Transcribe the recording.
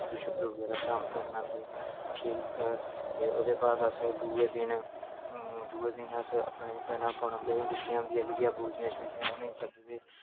बब्बरू शब्बरू बगैरा धाम धूम मनांदे ठीक ऐ सर ते ओह्दे बाद अस दूए दिन दूए दिन अस अपनियां भैना भुना जेह्ड़ियां ब्याही दित्ती दियां हुंदियां जेह्कियां बुजियां शुजियां उ'नें ई सद्ददे